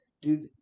dude